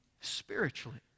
spiritually